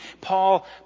Paul